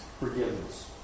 forgiveness